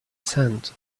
sand